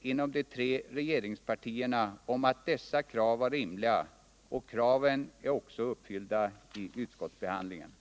inom de tre regeringspartierna rått enighet om att dessa krav var rimliga, och kraven har också uppfyllts i utskottsbehandlingen.